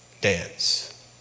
dance